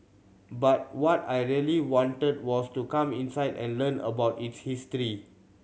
but what I really wanted was to come inside and learn about its history